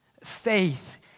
Faith